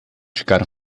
ficaram